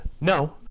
No